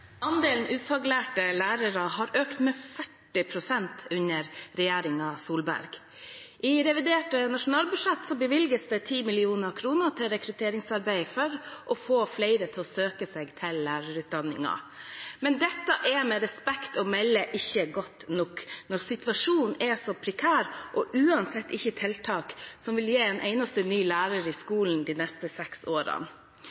Andelen ufaglærte lærere har økt med 40 pst. under regjeringen Solberg. I revidert nasjonalbudsjett bevilges det 10 mill. kr til rekrutteringsarbeid for å få flere til å søke seg til lærerutdanningen. Men dette er med respekt å melde ikke godt nok når situasjonen er så prekær, og uansett ikke et tiltak som vil gi en eneste ny lærer i